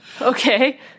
Okay